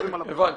הבנתי.